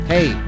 Hey